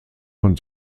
von